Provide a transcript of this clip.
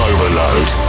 Overload